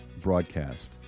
broadcast